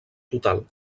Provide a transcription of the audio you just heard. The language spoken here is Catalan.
total